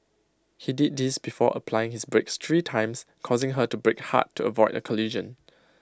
he did this before applying his brakes three times causing her to brake hard to avoid A collision